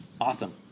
Awesome